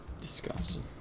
Disgusting